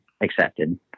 accepted